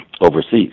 overseas